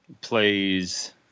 plays